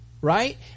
right